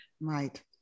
Right